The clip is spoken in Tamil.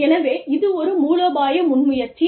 எனவே இது ஒரு மூலோபாய முன்முயற்சியாகும்